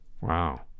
Wow